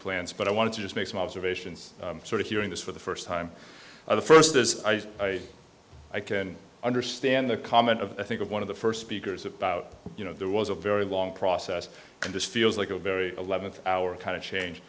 plans but i wanted to just make some observations sort of hearing this for the first time or the first as i can understand the comment of i think of one of the first speakers about you know there was a very long process and this feels like a very eleventh hour kind of change